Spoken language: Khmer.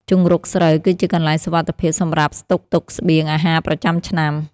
ជង្រុកស្រូវគឺជាកន្លែងសុវត្ថិភាពសម្រាប់ស្តុកទុកស្បៀងអាហារប្រចាំឆ្នាំ។